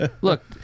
Look